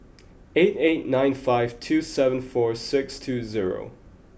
eight eight nine five two seven four six two zero